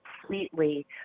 completely